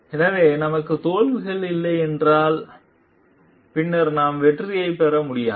எனவே நமக்கு தோல்விகள் இல்லையென்றால் பின்னர் நாம் வெற்றியைப் பெற முடியாது